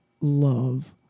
love